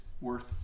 worth